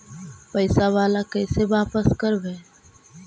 पैसा बाला कैसे बापस करबय?